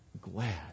glad